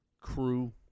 crew